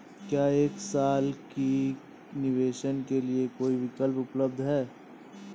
क्या एक साल के निवेश के लिए कोई विकल्प उपलब्ध है?